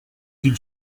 qu’il